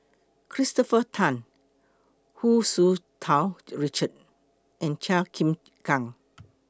Christopher Tan Hu Tsu Tau Richard and Chua Chim Kang